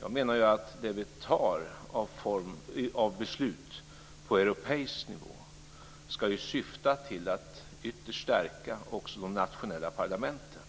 Jag menar att det vi fattar av beslut på europeisk nivå ska syfta till att ytterst stärka också de nationella parlamenten,